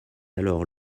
alors